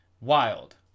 Wild